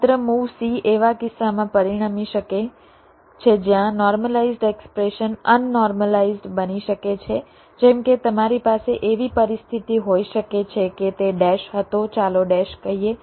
માત્ર move c એવા કિસ્સામાં પરિણમી શકે છે જ્યાં નોર્મલાઇઝ્ડ એક્સપ્રેશન અન નોર્મલાઇઝ્ડ બની શકે છે જેમ કે તમારી પાસે એવી પરિસ્થિતિ હોઈ શકે છે કે તે ડેશ હતો ચાલો ડેશ કહીએ